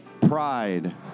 pride